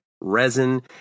resin